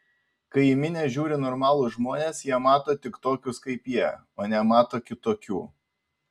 kai į minią žiūri normalūs žmonės jie mato tik tokius kaip jie o nemato kitokių